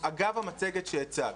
אגב המצגת שהצגת: